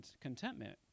contentment